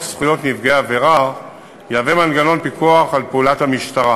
זכויות נפגעי עבירה יהווה מנגנון פיקוח על פעולת המשטרה,